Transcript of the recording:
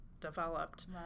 developed